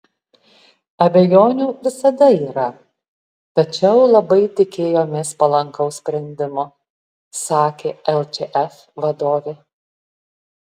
abejonių visada yra tačiau labai tikėjomės palankaus sprendimo sakė lčf vadovė